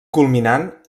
culminant